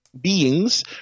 beings